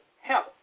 help